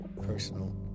personal